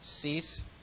Cease